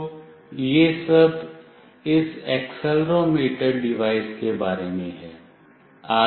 तो यह सब इस एक्सेलेरोमीटर डिवाइस के बारे में है